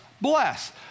bless